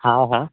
हां हां